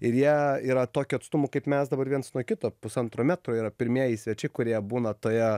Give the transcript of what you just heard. ir jie yra tokiu atstumu kaip mes dabar viens nuo kito pusantro metro yra pirmieji svečiai kurie būna toje